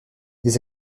des